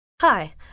Hi